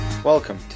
Welcome